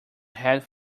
head